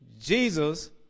Jesus